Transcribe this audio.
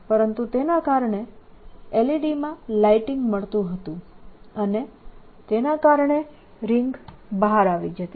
પરંતુ તેના કારણે LED માં લાઈટીંગ મળતું હતું અને તેના કારણે રિંગ બહાર આવી જતી હતી